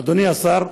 אדוני השר: